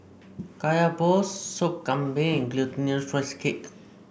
Kaya Balls Sop Kambing Glutinous Rice Cake